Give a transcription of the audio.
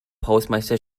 hausmeister